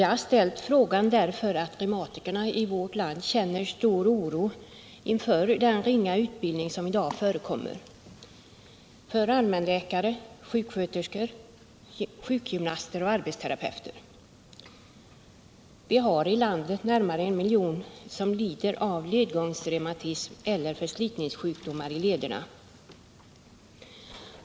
Jag har ställt frågan därför att reumatikerna i vårt land känner stor oro inför den ringa utbildning som i dag förekommer för allmänläkare, sjuksköterskor, sjukgymnaster och arbetsterapeuter. Vi har i landet närmare en miljon människor som lider av ledgångsreumatism eller förslitningssjukdomar i lederna.